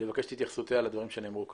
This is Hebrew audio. ולבקש את התייחסותה על הדברים שנאמרו כאן.